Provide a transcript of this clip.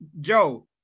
Joe